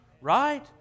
Right